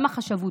גם החשבות,